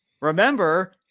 remember